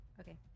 Okay